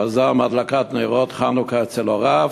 חזר מהדלקת נרות חנוכה אצל הוריו,